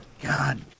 God